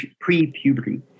pre-puberty